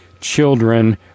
children